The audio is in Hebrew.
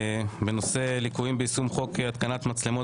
הנושא: ליקויים ביישום חוק התקנת מצלמות